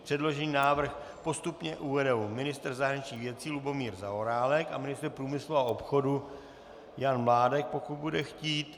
Předložený návrh postupně uvedou ministr zahraničních věcí Lubomír Zaorálek a ministr průmyslu a obchodu Jan Mládek, pokud bude chtít.